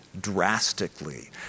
drastically